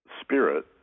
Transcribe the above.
spirit